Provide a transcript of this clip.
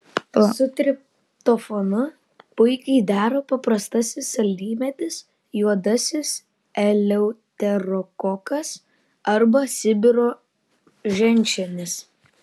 su triptofanu puikiai dera paprastasis saldymedis juodasis eleuterokokas arba sibiro ženšenis